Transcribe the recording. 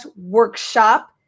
workshop